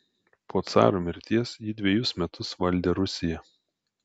po caro mirties ji dvejus metus valdė rusiją